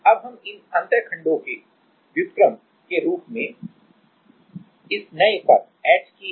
अब हम इन अंतःखंडों के व्युत्क्रम के रूप में इस नए पद h k l को लिख सकते हैं